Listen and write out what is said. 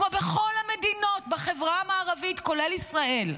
כמו בכל המדינות בחברה המערבית, כולל ישראל,